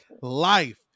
life